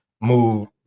move